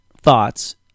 thoughts